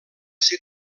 ser